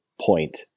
point